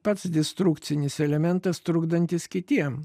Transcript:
pats destrukcinis elementas trukdantis kitiem